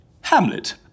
Hamlet